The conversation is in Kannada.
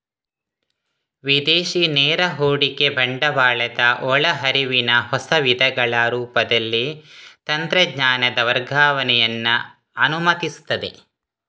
ವಿದೇಶಿ ನೇರ ಹೂಡಿಕೆ ಬಂಡವಾಳದ ಒಳ ಹರಿವಿನ ಹೊಸ ವಿಧಗಳ ರೂಪದಲ್ಲಿ ತಂತ್ರಜ್ಞಾನದ ವರ್ಗಾವಣೆಯನ್ನ ಅನುಮತಿಸ್ತದೆ